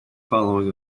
following